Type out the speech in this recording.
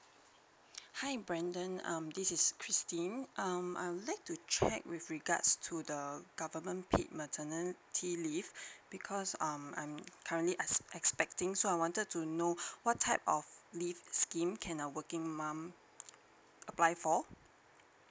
hi brendon um this is christine um I would like to check with regards to the government paid maternity leave because um I'm currently ex~ expecting so I wanted to know what type of leave scheme can a working mom apply for